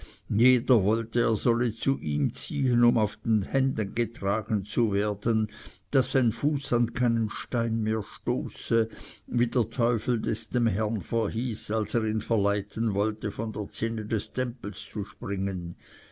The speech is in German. jeder wollte er solle zu ihm ziehen um auf den händen getragen zu werden daß sein fuß an keinen stein mehr stoße wie der teufel es dem herrn verhieß als er ihn verleiten wollte von der zinne des tempels zu springen